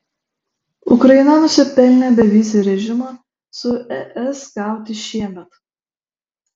ukraina nusipelnė bevizį režimą su es gauti šiemet